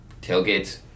tailgates